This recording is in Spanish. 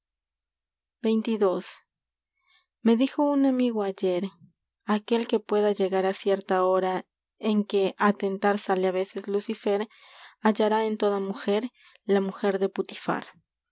xxii e dijo ii un amigo que ayer aquel en pueda llegar á cierta hora que á tentar sale á hallará la veces lucifer en toda mujer mujer de putifar